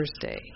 Thursday